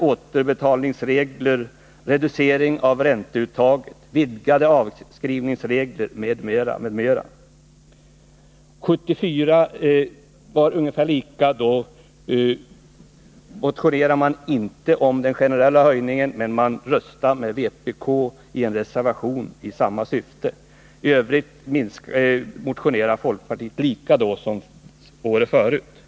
År 1974 motionerade man inte om den generella höjningen, men man röstade med vpk för en reservation i samma syfte. I övrigt motionerade folkpartiet likadant som år 1973.